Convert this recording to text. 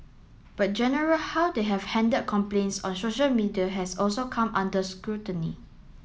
but general how they have handled complaints on social media has also come under scrutiny